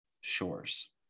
Shores